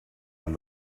and